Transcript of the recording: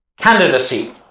candidacy